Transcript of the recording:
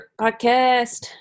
podcast